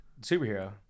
Superhero